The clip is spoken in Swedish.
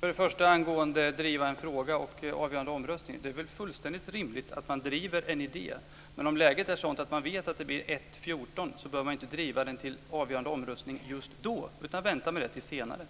Herr talman! Angående detta att driva en fråga till avgörande omröstning vill jag säga följande. Det är väl fullständigt rimligt att man driver en idé. Om läget är sådant att man vet att det blir 1-14 behöver man inte driva den till avgörande omröstning just då, utan man kan vänta med det till senare.